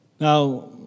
Now